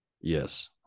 Yes